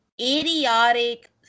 idiotic